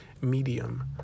medium